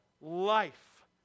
life